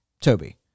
Toby